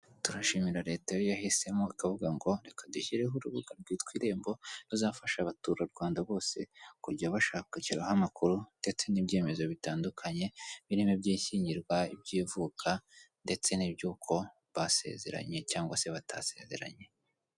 Turashimira Leta yo yahisemo ikavuga ngo reka dushyireho urubuga rwitwa irembo, ruzafasha abaturarwanda bose kujya bashakiraho amakuru ndetse n'ibyemezo bitandukanye, birimo iby'ishyingirwa iby'ivuka ndetse n'iby'uko basezeranye cyangwa se batasezeranye.